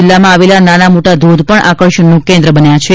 જિલ્લામાં આવેલા નાના મોટા ધોધ આકર્ષણનું કેન્દ્ર બન્યા છે